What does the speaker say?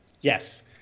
Yes